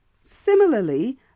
Similarly